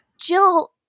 Jill